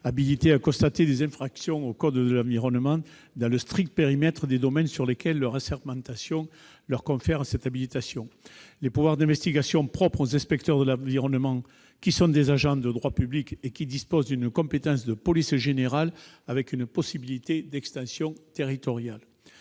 habilités à constater des infractions au code de l'environnement dans le strict périmètre des domaines sur lesquels leur assermentation leur confère cette habilitation les pouvoirs d'investigation propres aux inspecteurs de l'environnement, qui sont des agents de droit public et qui disposent d'une compétence de police générale, avec une possibilité d'extension territoriale.